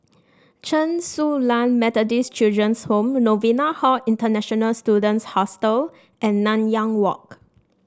Chen Su Lan Methodist Children's Home Novena Hall International Students Hostel and Nanyang Walk